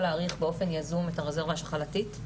להעריך באופן יזום את הרזרבה השחלתית,